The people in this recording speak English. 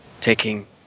taking